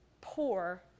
poor